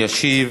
ישיב